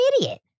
idiot